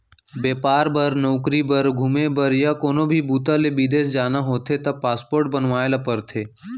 बेपार बर, नउकरी बर, घूमे बर य कोनो भी बूता ले बिदेस जाना होथे त पासपोर्ट बनवाए ल परथे